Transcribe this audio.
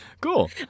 Cool